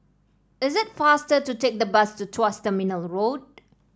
is it faster to take the bus to Tuas Terminal Road